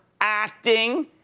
acting